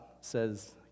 says